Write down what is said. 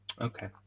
okay